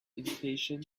impatient